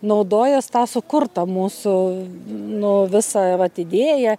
naudojas ta sukurta mūsų nu visa vat idėja